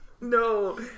no